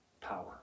Power